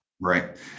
Right